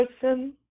person